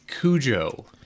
Cujo